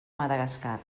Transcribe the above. madagascar